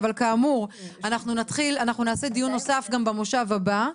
אבל כאמור נעשה דיון נוסף גם במושב הבא.